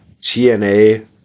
TNA